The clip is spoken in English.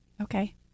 Okay